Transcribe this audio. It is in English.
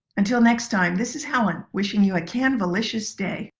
until next time, this is helen wishing you a canvalicious day!